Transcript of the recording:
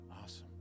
Awesome